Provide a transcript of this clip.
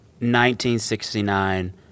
1969